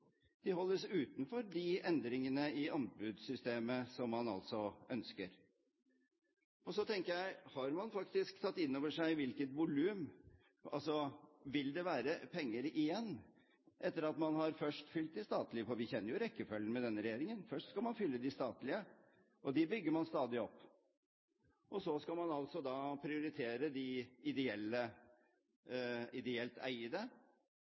De holdes utenfor de endringene i anbudssystemet som man altså ønsker. Og så tenker jeg: Har man faktisk tatt inn over seg hvilket volum – vil det være penger igjen, etter at man først har fylt de statlige, for vi kjenner jo rekkefølgen med denne regjeringen? Først skal man fylle de statlige – de bygger man stadig opp – og så skal man altså da prioritere de ideelt